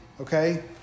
okay